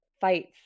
fights